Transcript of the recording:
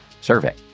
survey